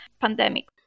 pandemic